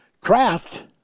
craft